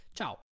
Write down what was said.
Ciao